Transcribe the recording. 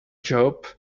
job